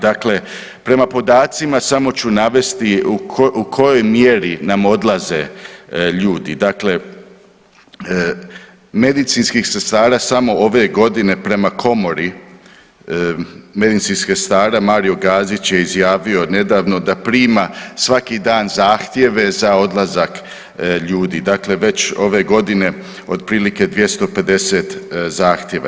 Dakle, prema podacima samo ću navesti u kojoj mjeri nam odlaze ljudi, dakle medicinskih sestara samo ove godine prema Komori medicinskih sestara Mario Gazić je izjavio nedavno da prima svaki dan zahtjeve za odlazak ljudi, dakle već ove godine otprilike 250 zahtjeva.